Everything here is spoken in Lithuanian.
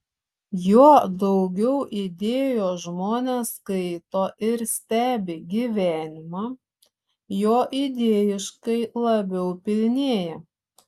juo daugiau idėjos žmonės skaito ir stebi gyvenimą juo idėjiškai labiau pilnėja